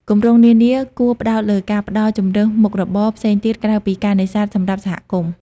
គម្រោងនានាគួរផ្តោតលើការផ្តល់ ជម្រើសមុខរបរ ផ្សេងទៀតក្រៅពីការនេសាទសម្រាប់សហគមន៍។